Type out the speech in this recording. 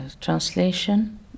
translation